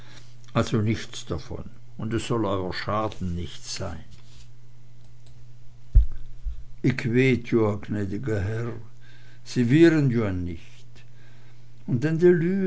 also nichts davon und es soll euer schaden nicht sein ick weet joa jnäd'ger herr se wihren joa nich